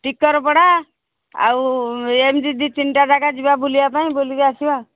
ଟିକର ପଡ଼ା ଆଉ ଏମତି ଦୁଇ ତିନିଟା ଜାଗା ଯିବା ବୁଲିବା ପାଇଁ ବୁଲିକି ଆସିବା